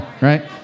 right